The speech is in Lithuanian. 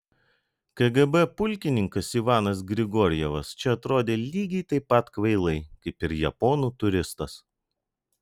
kgb pulkininkas ivanas grigorjevas čia atrodė lygiai taip pat kvailai kaip ir japonų turistas